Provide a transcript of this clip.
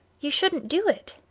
you shouldn't do it.